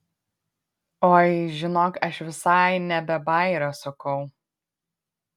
oi žinok aš visai ne be bajerio sakau